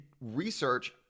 research